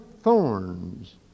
thorns